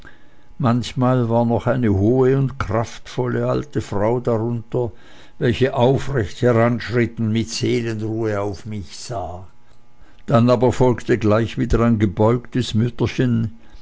manchmal war eine noch hohe und kraftvolle alte frau darunter welche aufrecht heranschritt und mit seelenruhe auf mich sah dann folgte aber gleich wieder ein gebeugtes mütterchen